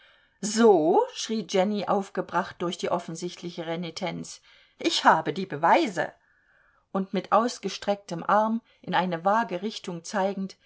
so schrie jenny aufgebracht durch die offensichtliche renitenz ich habe die beweise und mit ausgestrecktem arm in eine vage richtung zeigend